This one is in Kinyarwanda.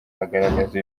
agaragaza